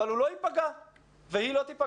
אבל שהוא לא ייפגע והיא לא תיפגע,